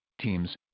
teams